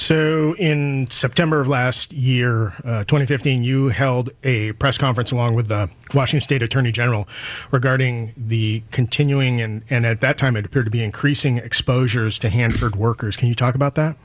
so in september of last year twenty fifteen you held a press conference along with the question of state attorney general regarding the continuing and at that time it appeared to be increasing exposures to handwrite workers can you talk about that